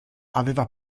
aveva